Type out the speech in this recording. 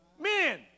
Men